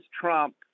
Trump